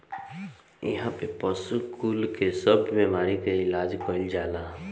इहा पे पशु कुल के सब बेमारी के इलाज कईल जाला